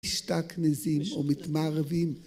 ‫משתכנזים או מתמערבים.